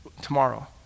tomorrow